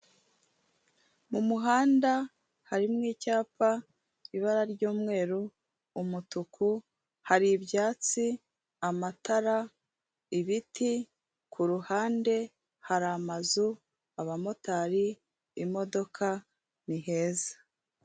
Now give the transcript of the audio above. Mu muhanda harimo icyapa ibara ry'umweru, umutuku, hari ibyatsi, amatara, ibiti, ku ruhande hari amazu, abamotari, imodoka, ni heza.